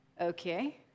okay